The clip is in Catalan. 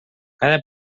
cada